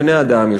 הם בני-אדם.